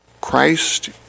Christ